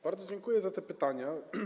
Bardzo dziękuję za te pytania.